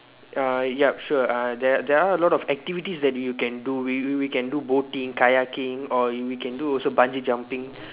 uh yup sure uh there there are a lot of activities that you can do we we can do boating kayaking or we can do also bungee jumping